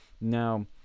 Now